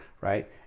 right